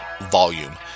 volume